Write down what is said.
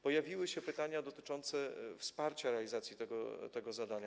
Pojawiły się pytania dotyczące wsparcia realizacji tego zadania.